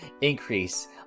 increase